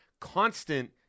constant